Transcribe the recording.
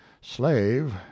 slave